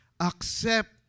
accept